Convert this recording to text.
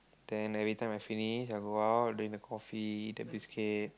then everything I finish I go out drink the coffee the biscuit